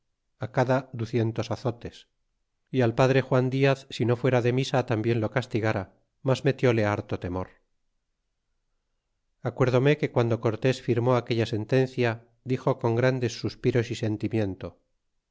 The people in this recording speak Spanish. cada ducientos azotes y al padre juan haz si no fuera de misa tambien lo castigara mas metiále harto temor acuerdome que guando cortés firmó aquella sentencia dixo con grandes suspiros y sentimiento